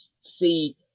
see